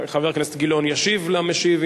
חבר הכנסת גילאון ישיב למשיב,